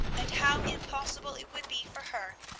and how impossible it would be for her,